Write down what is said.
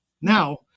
Now